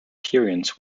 appearance